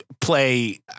play